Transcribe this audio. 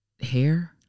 Hair